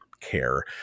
care